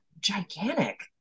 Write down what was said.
gigantic